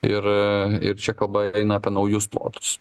ir ir čia kalba eina apie naujus plotus